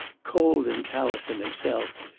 cold and callous in himself,